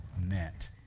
meant